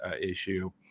issue